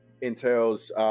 entails